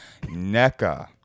NECA